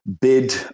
bid